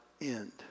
end